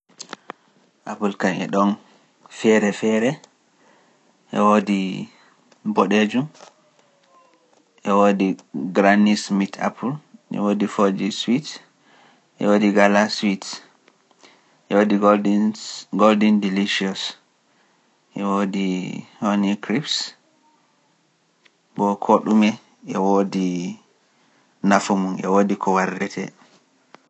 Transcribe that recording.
Ɓe keɗi ɗoon feere feere, e woodi boɗeejo, e woodi granis mit apple, e woodi fooji sweet, e woodi gala sweet, e woodi goldin delicious, e woodi honeycrisp, mbo koɗumi e woodi nafo mum, e woodi ko warrete.